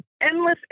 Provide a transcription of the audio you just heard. endless